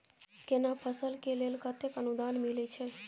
केना फसल के लेल केतेक अनुदान मिलै छै?